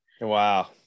Wow